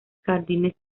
jardines